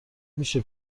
میشه